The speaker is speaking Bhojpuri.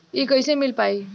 इ कईसे मिल पाई?